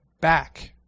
back